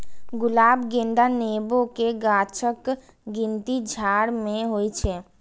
गुलाब, गेंदा, नेबो के गाछक गिनती झाड़ मे होइ छै